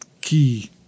key